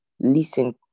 listen